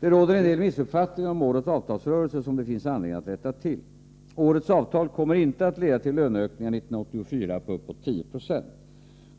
Det råder en del missuppfattningar om årets avtalsrörelse som det finns anledning att rätta till. Årets avtal kommer inte att leda till löneökningar 1984 på uppåt 10 96.